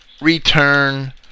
return